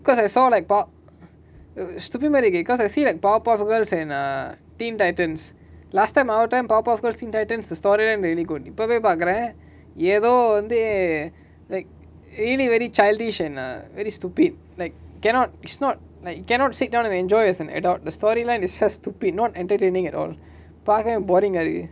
cause I saw like pow~ stupimarike cause I see like power puff girls and err teen titans last time our time power puff teen titans the storyline really good இப்பவே பாக்குர ஏதோ வந்து:ippave paakura yetho vanthu like really very childish and err very stupid like cannot it's not like you cannot sit down and enjoy as an adult the storyline is stupid not entertaining at all பாக்க:paaka boring ah இருக்கு:iruku